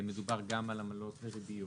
שמדובר גם על עמלות וריביות.